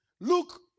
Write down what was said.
Look